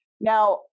Now